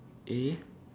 eh